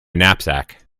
knapsack